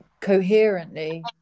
coherently